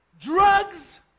Drugs